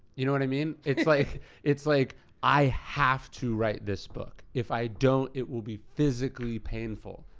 you know what i mean? it's like it's like i have to write this book. if i don't, it will be physically painful.